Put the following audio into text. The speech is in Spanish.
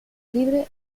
libre